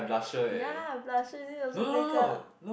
ya blusher is this also make-up